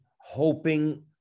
hoping